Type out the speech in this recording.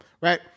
right